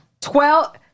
Twelve